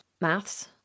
maths